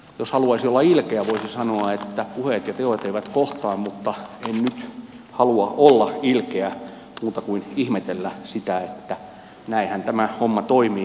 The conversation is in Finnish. jos haluaisi olla ilkeä voisi sanoa että puheet ja teot eivät kohtaa mutta en nyt halua olla ilkeä muuta kuin ihmetellä sitä että näinhän tämä homma toimii